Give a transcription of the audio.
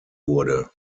wurde